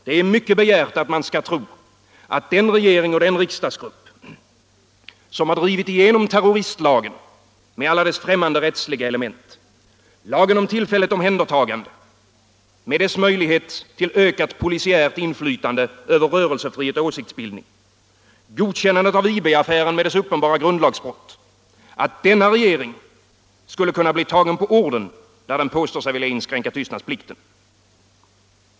Det är mycket begärt att man skall tro, att den regering och den riksdagsgrupp som drivit igenom terroristlagen med alla dess främmande rättsliga element, lagen om tillfälligt omhändertagande med dess möjlighet till ökat polisiärt inflytande över rörelsefrihet och åsiktsbildning, godkännandet av IB-affären med dess uppenbara grundlagsbrott skall kunna bli tagna på orden när de påstår sig vilja inskränka tystnadsplikten.